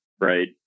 right